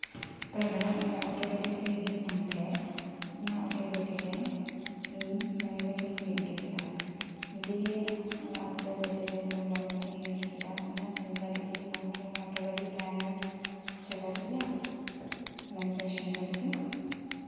ᱫᱟᱫᱟ ᱟᱞᱮ ᱚᱴᱳ ᱜᱟᱰᱤ ᱛᱤᱧ ᱦᱤᱡᱩᱜ ᱠᱟᱱ ᱛᱟᱦᱮᱸᱫ ᱚᱱᱟ ᱚᱴᱳ ᱜᱟᱰᱤ ᱨᱮ ᱤᱧ ᱢᱟᱱᱤᱵᱮᱜᱽᱤᱧ ᱦᱤᱲᱤᱧ ᱦᱚᱴᱚ ᱞᱮᱫᱟ ᱫᱤᱭᱮ ᱚᱱᱟ ᱚᱴᱮ ᱜᱟᱰᱤ ᱨᱮ ᱡᱟᱦᱟᱸ ᱢᱟᱱᱤ ᱵᱮᱜᱤᱧ ᱦᱤᱲᱤᱧ ᱦᱚᱴᱚ ᱠᱮᱫᱟ ᱚᱱᱟ ᱚᱴᱳ ᱜᱟᱰᱤ ᱥᱮᱸᱫᱽᱨᱟ ᱞᱟᱜᱤᱫ ᱟᱢᱠᱤ ᱚᱱᱟ ᱚᱴᱳ ᱜᱟᱰᱤ ᱛᱟᱭᱚᱢᱮᱢ ᱞᱟᱜᱟ ᱫᱟᱲᱮᱭᱟᱜᱼᱟ ᱢᱟᱱᱤᱵᱮᱜᱽ ᱥᱮᱸᱫᱽᱨᱟ ᱞᱟᱜᱤᱫ